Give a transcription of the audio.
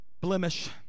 blemish